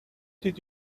did